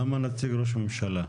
למה נציג ראש הממשלה?